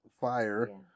fire